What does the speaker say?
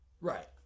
Right